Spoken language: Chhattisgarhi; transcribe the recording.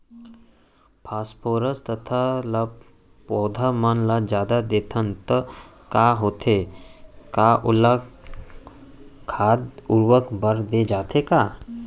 फास्फोरस तथा ल पौधा मन ल जादा देथन त का होथे हे, का ओला खाद उर्वरक बर दे जाथे का?